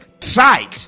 tried